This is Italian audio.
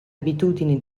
abitudini